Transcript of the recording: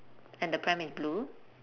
and the pram is blue